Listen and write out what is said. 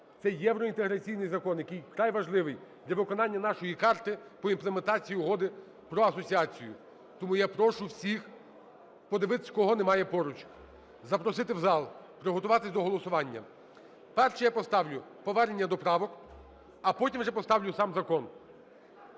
це євроінтеграційний закон, який вкрай важливий для виконання нашої карти по імплементації Угоди про асоціацію. Тому я прошу всіх подивитися, кого немає поруч, запросити в зал, приготуватись до голосування. Перше я поставлю повернення до правок, а потім поставлю вже сам закон.